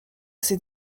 ses